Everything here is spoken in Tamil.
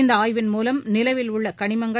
இந்த ஆய்வின் மூவம் நிலவிலுள்ள களிமங்கள்